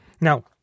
Now